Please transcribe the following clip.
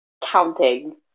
counting